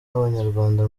n’abanyarwanda